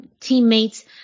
teammates